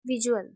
visual